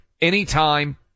anytime